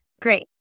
Great